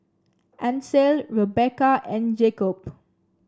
Ancel Rebekah and Jakobe